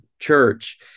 church